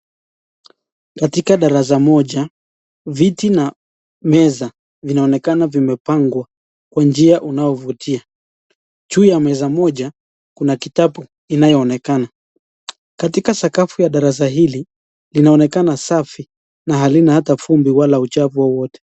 Katika darasa moja viti na meza vinaoanekana vimepangwa kwa njia unaovutia. Juu ya meza moja kuna kitabu inayoonekana, katika sakafu ya darasa hili linaonekana safi na halina ata vumbi wala uchafu wowote.